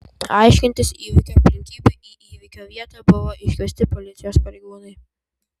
aiškintis įvykio aplinkybių į įvykio vietą buvo iškviesti policijos pareigūnai